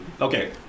Okay